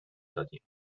دادیم